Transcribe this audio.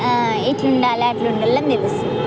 ఇట్ల ఉండాలి అట్ల ఉండాలి అని తెలుస్తుంది